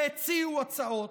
שהציעו הצעות,